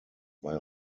bei